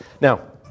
Now